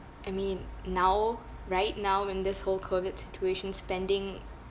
I mean now right now in this whole COVID situation spending